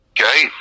okay